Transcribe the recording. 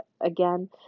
again